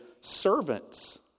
servants